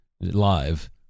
live